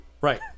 Right